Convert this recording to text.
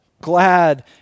glad